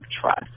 trust